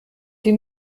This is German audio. die